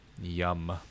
Yum